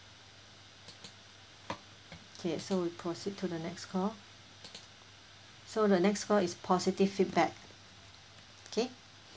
okay so we proceed to the next call so the next call is positive feedback okay